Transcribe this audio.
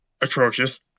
atrocious